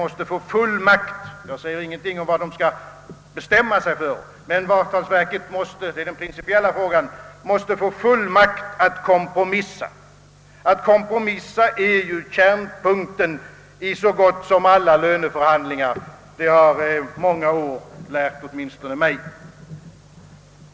Jag vill inte ange vad man skall bestämma sig för, men den principiella frågan är, att även avtalsverket måste få fullmakt att kompromissa. Att kompromissa är nämligen kärnpunkten i så gott som alla löneförhandlingar — det har många års erfarenhet lärt åtminstone mig.